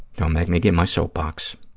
don't make me get my soapbox.